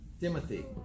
Timothy